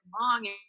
long